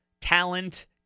talent